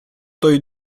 той